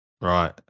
Right